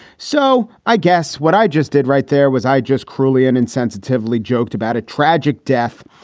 so i guess what i just did right there was i just cruelly and insensitively joked about a tragic death.